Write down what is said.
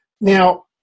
Now